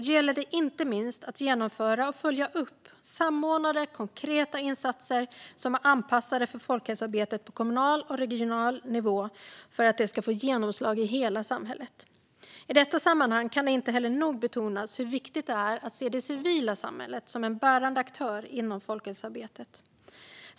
Då gäller det inte minst att genomföra och följa upp samordnade konkreta insatser som är anpassade för folkhälsoarbetet på kommunal och regional nivå för att de ska få genomslag i hela samhället. I detta sammanhang kan det heller inte nog betonas hur viktigt det är att se det civila samhället som en bärande aktör inom folkhälsoarbetet.